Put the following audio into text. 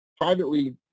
privately